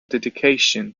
dedication